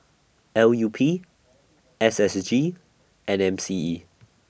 L U P S S G and M C E